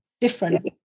different